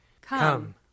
Come